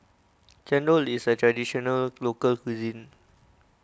Chendol is a Traditional Local Cuisine